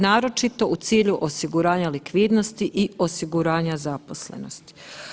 naročito u cilju osiguranja likvidnosti i osiguranja zaposlenosti.